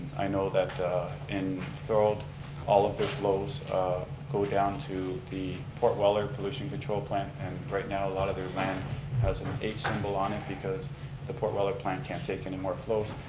i know that in thorold all of their flows go down to the port weller pollution control plant and right now a lot of their land has an eight symbol on it, because the port weller plant can't take anymore flows.